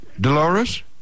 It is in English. Dolores